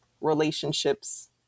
relationships